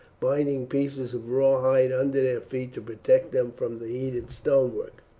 binding pieces of raw hide under feet to protect them from the heated stonework.